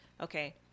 Okay